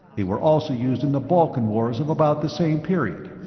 they were also used in the balkan wars of about the same period.